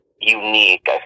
unique